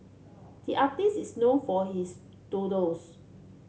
the artist is known for his doodles